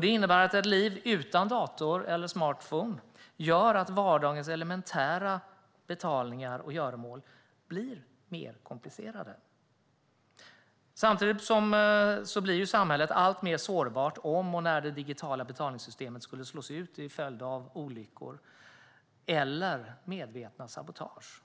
Det innebär att ett liv utan dator eller smartmobil gör att vardagens elementära betalningar och göromål blir mer komplicerade. Samhället blir också alltmer sårbart om det digitala betalsystemet skulle slås ut till följd av olyckor eller medvetet sabotage.